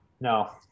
No